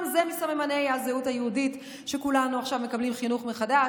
גם זה מסממני הזהות היהודית שכולנו עכשיו מקבלים חינוך מחדש.